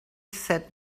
said